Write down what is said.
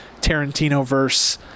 Tarantino-verse